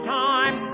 time